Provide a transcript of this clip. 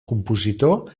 compositor